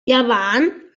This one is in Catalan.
llevant